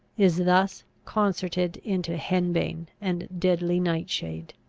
is thus concerted into henbane and deadly nightshade.